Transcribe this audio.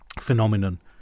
phenomenon